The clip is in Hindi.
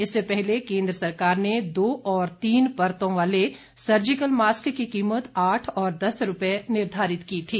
इससे पहले केन्द्र सरकार ने दो और तीन परतों वाले सर्जिकल मास्क की कीमत आठ और दस रुपये में निर्धारित की थी